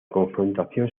confrontación